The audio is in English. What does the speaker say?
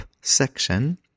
section